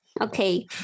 okay